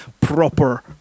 proper